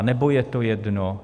Nebo je to jedno?